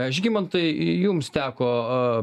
žygimantai jums teko